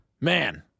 Man